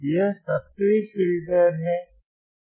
यह सक्रिय फिल्टर है